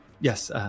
Yes